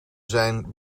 zijn